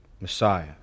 Messiah